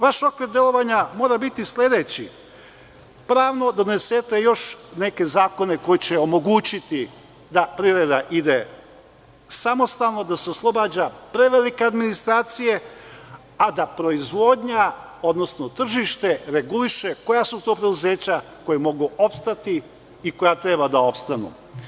Vaš okvir delovanja mora biti sledeći - pravno da donesete još neke zakone koji će omogućiti da privreda ide samostalno, da se oslobađa prevelike administracije, a da proizvodnja, odnosno tržište reguliše koja su to preduzeća koja mogu opstati i koja treba da opstanu.